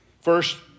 First